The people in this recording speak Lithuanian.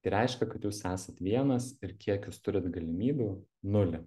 tai reiškia kad jūs esat vienas ir kiek jūs turit galimybių nulį